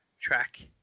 track